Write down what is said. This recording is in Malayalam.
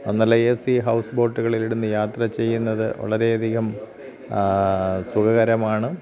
നല്ല എ സി ഹൗസ് ബോട്ടുകളിലിരുന്ന് യാത്ര ചെയ്യുന്നത് വളരെയധികം സുഖകരമാണ്